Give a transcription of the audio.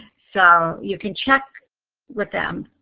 so, you can check with them,